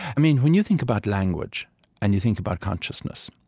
i mean when you think about language and you think about consciousness,